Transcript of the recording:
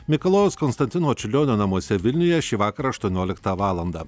mikalojaus konstantino čiurlionio namuose vilniuje šį vakarą aštuonioliktą valandą